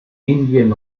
indien